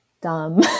dumb